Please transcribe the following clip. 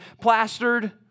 plastered